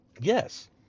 Yes